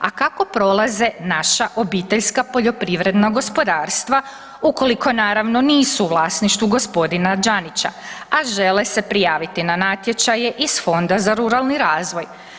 A kako prolaze naša obiteljska poljoprivredna gospodarstva ukoliko naravno nisu u vlasništvu gospodina Đanića, a žele se prijaviti na natječaje iz fonda za ruralni razvoj?